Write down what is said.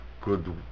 good